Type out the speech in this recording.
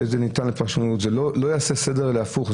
זה ניתן לפרשנות וזה לא יעשה סדר אלא הפוך,